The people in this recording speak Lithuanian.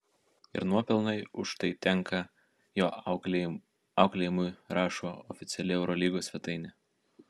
ir nuopelnai už tai tenka jo auklėjimui rašo oficiali eurolygos svetainė